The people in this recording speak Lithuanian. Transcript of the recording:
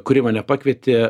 kuri mane pakvietė